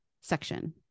section